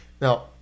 Now